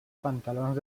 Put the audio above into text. pantalons